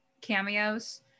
cameos